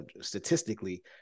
statistically